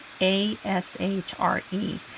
A-S-H-R-E